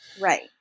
right